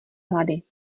hlady